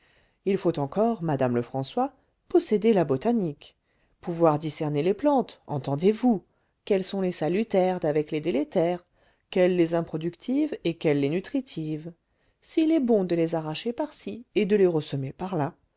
il faut encore madame lefrançois posséder la botanique pouvoir discerner les plantes entendez-vous quelles sont les salutaires d'avec les délétères quelles les improductives et quelles les nutritives s'il est bon de les arracher par-ci et de les ressemer par-là